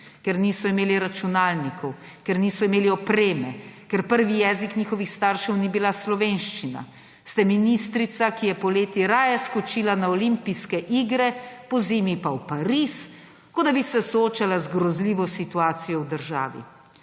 Ker niso imeli računalnikov. Ker niso imeli opreme. Ker prvi jezik njihovih staršev ni bila slovenščina. Ste ministrica, ki je poleti raje skočila na Olimpijske igre, pozimi pa v Pariz, kot da bi se soočala z grozljivo situacijo v državi.